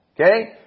Okay